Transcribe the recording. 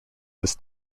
this